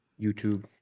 YouTube